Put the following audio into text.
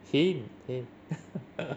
hin hin